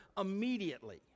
immediately